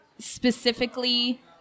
specifically